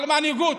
על מנהיגות.